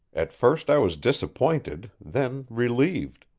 at first i was disappointed, then relieved.